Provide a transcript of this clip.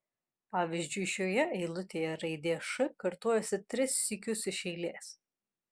pavyzdžiui šioje eilutėje raidė š kartojasi tris sykius iš eilės